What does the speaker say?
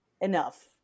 enough